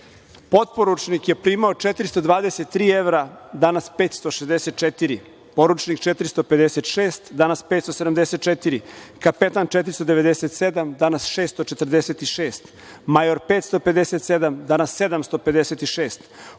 Potporučnik je primao 423 evra, danas 564, poručnik 456, danas 574, kapetan 497, danas 646, major 557, danas 756,